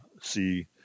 see